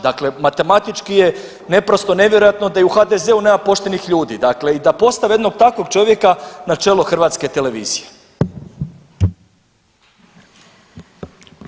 Dakle, matematički je neprosto nevjerojatno da u HDZ-u nema poštenih ljudi, dakle i da postave jednog takvog čovjeka na čelo HRT-a.